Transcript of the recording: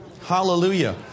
Hallelujah